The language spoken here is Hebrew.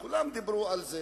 כולם דיברו על כך.